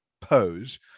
pose